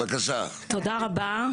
תודה רבה,